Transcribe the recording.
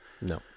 No